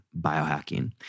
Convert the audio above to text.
biohacking